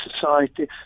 society